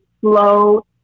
slow